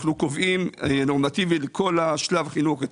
אנחנו קובעים נורמטיבית לכל שלבי החינוך.